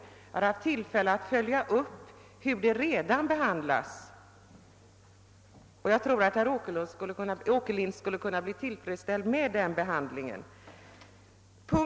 Jag har haft tillfälle att följa hur ärendena redan behandlas, och jag tror att herr Åkerlind skulle vara tillfredsställd med den behandlingen.